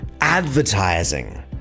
advertising